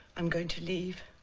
i'm going to leave